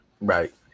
Right